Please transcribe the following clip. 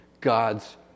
God's